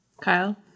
Kyle